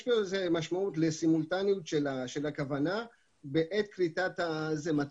יש משמעות לסימולטניות של הכוונה בעת כריתת החוזה,